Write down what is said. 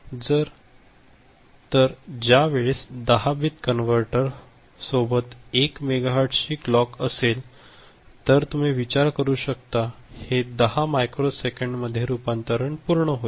तर ज्या वेळेस 10 बिट कन्व्हर्टर सोबत 1 मेगाहर्ट्झ ची क्लॉक असेल तर तुम्ही विचार करू शकता हे 10 मायक्रो सेकंड मध्ये रूपांतरण पूर्ण होईल